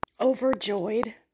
overjoyed